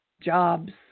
jobs